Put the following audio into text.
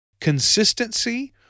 consistency